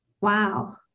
Wow